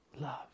Love